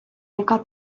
яка